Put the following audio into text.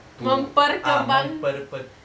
to ah memper~ per~